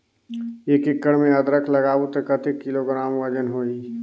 एक एकड़ मे अदरक लगाबो त कतेक किलोग्राम वजन होही?